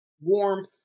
warmth